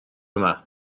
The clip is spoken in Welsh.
yma